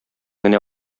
генә